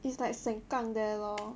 it's like sengkang there lor